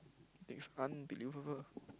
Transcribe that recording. it's unbelievable